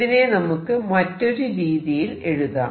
ഇതിനെ നമുക്ക് മറ്റൊരു രീതിയിൽ എഴുതാം